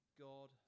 God